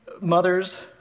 mothers